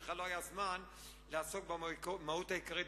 שלא היה בכלל זמן לעסוק במהות העיקרית,